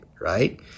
right